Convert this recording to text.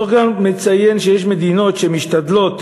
הדוח גם מציין שיש מדינות שמשתדלות